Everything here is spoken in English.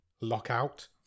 Lockout